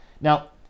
Now